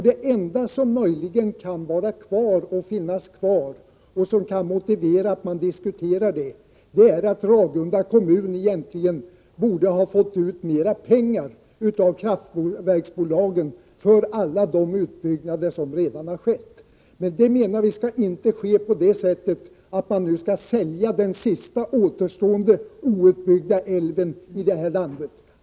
Det enda som möjligen kan motivera att man arbetar vidare i den här frågan är att Ragunda kommun egentligen borde ha fått ut mera pengar av kraftverksbolagen för alla de utbyggnader som redan har skett. Men vi menar att det inte skall ske på det sättet att man nu skall sälja den sista outbyggda älven som återstår i det här landet.